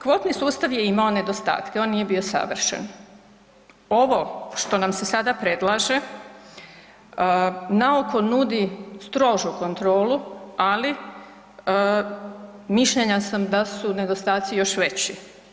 Kvotni sustav je imao nedostatke, on nije bio savršen, ovo što nam se sada predlaže na oko nudi strožu kontrolu, ali mišljenja sam da su nedostaci još veći.